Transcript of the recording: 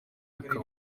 abana